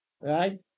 right